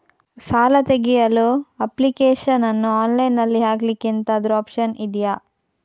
ಸಾಲ ತೆಗಿಯಲು ಅಪ್ಲಿಕೇಶನ್ ಅನ್ನು ಆನ್ಲೈನ್ ಅಲ್ಲಿ ಹಾಕ್ಲಿಕ್ಕೆ ಎಂತಾದ್ರೂ ಒಪ್ಶನ್ ಇದ್ಯಾ?